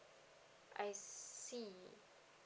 I see